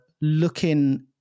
looking